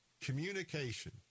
communication